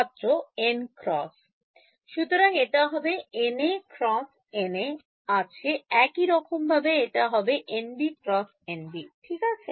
ছাত্র N cross সুতরাং এটা হবে NA × NA কাছে একইরকমভাবে এটা হবে NB × NB ঠিক আছে